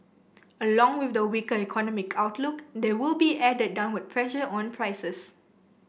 along with the weaker economic outlook there will be added downward pressure on prices